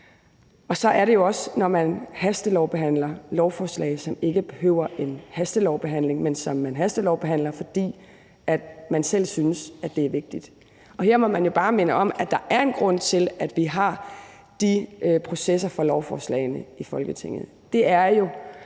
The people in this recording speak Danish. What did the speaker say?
Så er det jo også, når man hastebehandler lovforslag, som ikke behøver en hastelovbehandling, men som man hastelovbehandler, fordi man selv synes, det er vigtigt. Og her må man jo bare minde om, at der er en grund til, at vi har de processer for lovforslagene i Folketinget, og det er jo